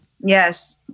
Yes